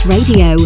Radio